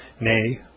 nay